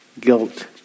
Guilt